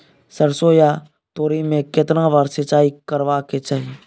सरसो या तोरी में केतना बार सिंचाई करबा के चाही?